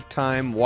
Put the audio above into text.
time